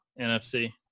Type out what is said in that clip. nfc